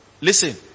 Listen